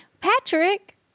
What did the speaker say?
Patrick